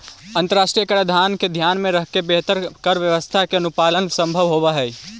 अंतरराष्ट्रीय कराधान के ध्यान में रखके बेहतर कर व्यवस्था के अनुपालन संभव होवऽ हई